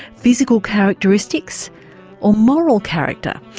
physical characteristics or moral character?